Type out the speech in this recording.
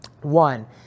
one